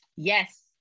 Yes